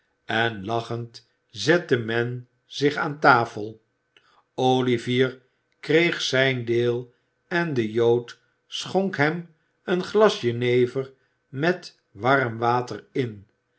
en lachend zette men zich aan tafel olivier kreeg zijn deel en de jood schonk hem een glas jenever met warm water in